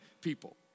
people